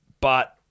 But-